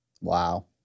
Wow